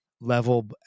level